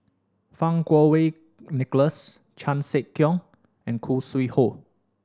Fang Kuo Wei Nicholas Chan Sek Keong and Khoo Sui Hoe